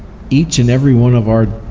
each and every one of our